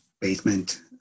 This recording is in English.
basement